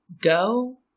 go